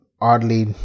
oddly